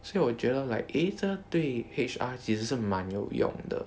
所以我觉得 like eh 这个对 H_R 其实是蛮有用的